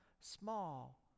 small